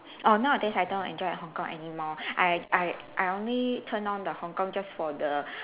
oh nowadays I don't enjoy Hong-Kong anymore I I I only turn on the Hong-Kong just for the